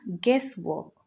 guesswork